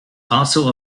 also